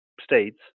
states